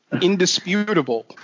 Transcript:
indisputable